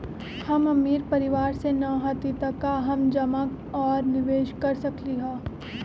हम अमीर परिवार से न हती त का हम जमा और निवेस कर सकली ह?